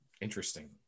Interesting